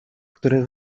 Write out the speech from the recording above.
który